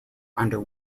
under